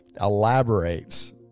elaborates